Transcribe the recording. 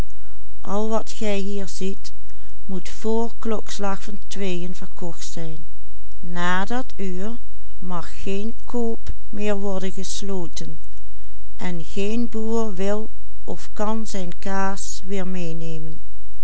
koop meer worden gesloten en geen boer wil of kan zijn kaas weer meenemen